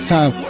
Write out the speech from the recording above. Time